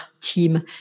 team